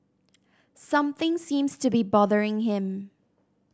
something seems to be bothering him